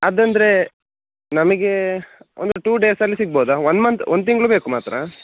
ಅದಂದರೆ ನಮಗೆ ಒಂದು ಟೂ ಡೇಸಲ್ಲಿ ಸಿಗಬೋದ ಒನ್ ಮಂತ್ ಒಂದು ತಿಂಗಳು ಬೇಕು ಮಾತ್ರ